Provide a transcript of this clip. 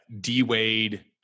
D-Wade